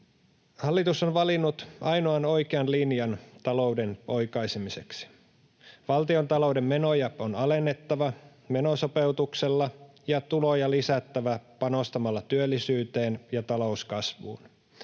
Hallitus on valinnut ainoan oikean linjan talouden oikaisemiseksi. Valtiontalouden menoja on alennettava menosopeutuksella ja tuloja lisättävä panostamalla työllisyyteen ja talouskasvuun.